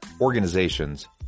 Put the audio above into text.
organizations